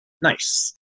nice